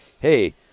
hey